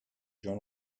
jean